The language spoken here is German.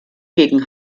gegen